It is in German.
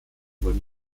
wurden